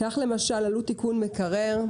כך למשל עלות תיקון מקרר,